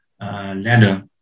Ladder